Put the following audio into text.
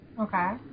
Okay